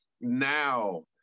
now